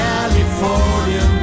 California